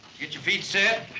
your feet set,